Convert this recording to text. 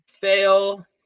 Fail